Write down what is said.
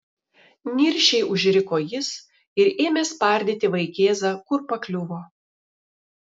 niršiai užriko jis ir ėmė spardyti vaikėzą kur pakliuvo